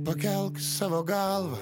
pakelk savo galvą